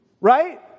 Right